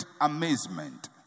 amazement